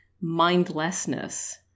mindlessness